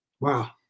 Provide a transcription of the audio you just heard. Wow